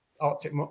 Arctic